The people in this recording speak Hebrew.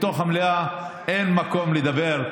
בתוך המליאה אין מקום לדבר.